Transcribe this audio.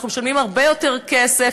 אנחנו משלמים הרבה יותר כסף,